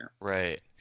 Right